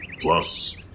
Plus